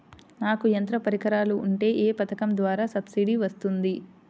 నాకు యంత్ర పరికరాలు ఉంటే ఏ పథకం ద్వారా సబ్సిడీ వస్తుంది?